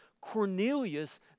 Cornelius